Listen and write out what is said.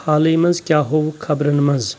حالٕے مَنٛز کیٛاہ ہووُکھ خبرَن منٛز